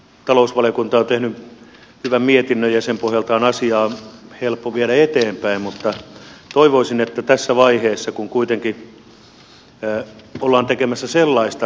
talousvaliokunta on tehnyt hyvän mietinnön ja sen pohjalta on asiaa helppo viedä eteenpäin mutta toivoisin että tässä vaiheessa kun kuitenkin ollaan tekemässä sellaista